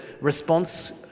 response